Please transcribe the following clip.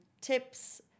tips